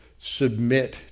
submit